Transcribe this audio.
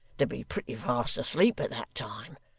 to be pretty fast asleep at that time.